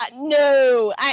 no